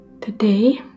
Today